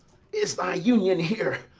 is thy union here?